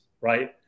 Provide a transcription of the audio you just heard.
right